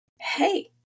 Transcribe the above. Hey